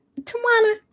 Tawana